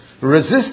Resist